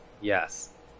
Yes